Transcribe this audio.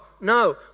No